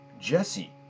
Jesse